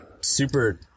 super